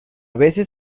veces